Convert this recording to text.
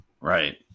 right